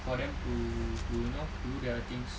for them to to you know to do their things